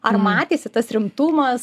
ar matėsi tas rimtumas